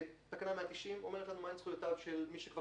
תקנה 190 אומרת לנו מהם זכויותיו של מיש כבר